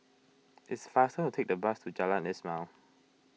it's faster to take the bus to Jalan Ismail